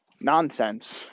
nonsense